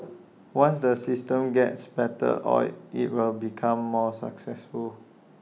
once the system gets better oiled IT will become more successful